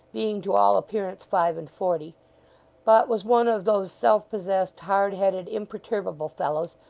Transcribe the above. being to all appearance five-and-forty but was one of those self-possessed, hard-headed, imperturbable fellows,